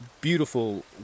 beautiful